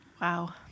Wow